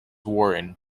warren